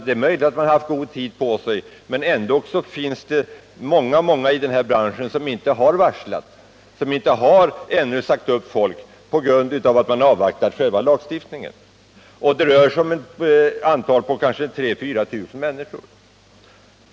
Det är möjligt att man har haft det, men många företag har inte varslat om uppsägning, på grund av att de har avvaktat själva lagstiftningen. Det rör sig härvidlag ungefär om 3 000 å 4 000 människor.